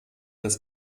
des